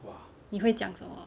你会讲什么